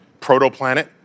protoplanet